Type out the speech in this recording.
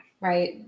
right